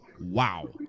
wow